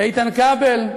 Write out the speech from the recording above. איתן כבל,